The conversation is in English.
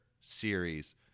series